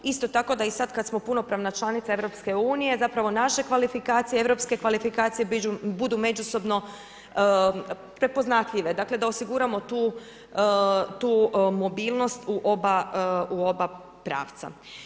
Isto tako da i sada kada smo punopravna članica EU naše kvalifikacije, europske kvalifikacije budu međusobno prepoznatljive, da osiguramo tu mobilnost u oba pravca.